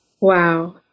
Wow